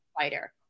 fighter